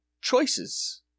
choices